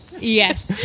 Yes